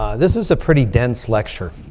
ah this is a pretty dense lecture.